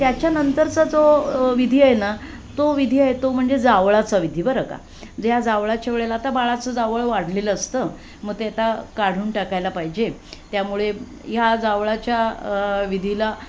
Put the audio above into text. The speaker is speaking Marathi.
त्याच्यानंतरचा जो विधी आहे ना तो विधी आहे तो म्हणजे जावळाचा विधी बरं का जे ह्या जावळाच्या वेळेला आता बाळाचं जावळ वाढलेलं असतं मग ते आता काढून टाकायला पाहिजे त्यामुळे ह्या जावळाच्या विधीला